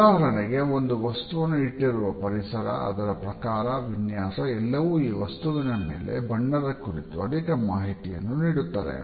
ಉದಾಹರಣೆಗೆ ಒಂದು ವಸ್ತುವನ್ನು ಇಟ್ಟಿರುವ ಪರಿಸರ ಅದರ ಆಕಾರ ವಿನ್ಯಾಸ ಎಲ್ಲವೂ ಆ ವಸ್ತುವಿನ ಮೇಲಿನ ಬಣ್ಣದ ಕುರಿತು ಅಧಿಕ ಮಾಹಿತಿಯನ್ನು ನೀಡುತ್ತದೆ